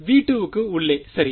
V2உள்ளே சரி